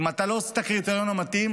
אם אתה לא עומד בקריטריון המתאים,